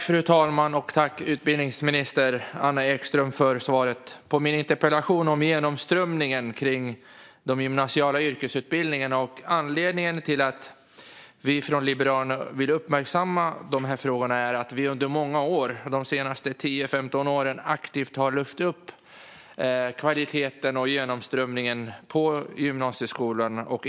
Fru talman! Tack för svaret på min interpellation om genomströmningen på de gymnasiala yrkesutbildningarna, utbildningsminister Anna Ekström! Anledningen till att vi från Liberalerna vill uppmärksamma dessa frågor är att vi under de senaste 10-15 åren aktivt har lyft upp kvaliteten och genomströmningen på gymnasieskolorna.